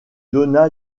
donna